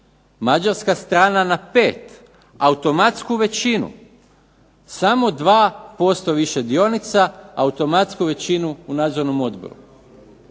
mađarska strana na 5, automatsku većinu, samo 2% više dionica automatsku većinu u nadzornom odboru.